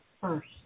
first